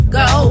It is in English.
go